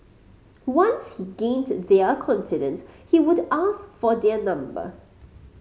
once he gained their confidence he would ask for their number